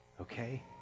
okay